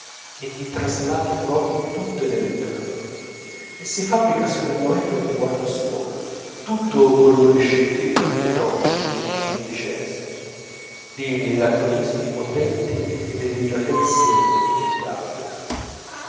e di traslati proprii di tutte le letterature e si fabbrica superbamente un linguaggio suo tutto colori e scintille pieno d'enimmi e di licenze di laconismi potenti e di delicatezze inimitabili